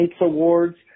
award's